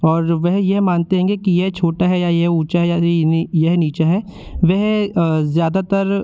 और वह यह मानते हैंगे कि यह छोटा है या यह ऊँचा है या यह नीचा है वह ज़्यादातर